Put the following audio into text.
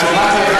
את שומעת,